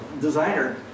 designer